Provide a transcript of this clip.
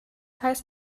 heißt